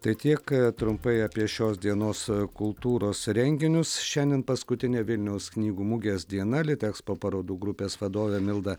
tai tiek trumpai apie šios dienos kultūros renginius šiandien paskutinę vilniaus knygų mugės diena litekspo parodų grupės vadovė milda